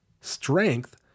strength